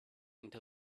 until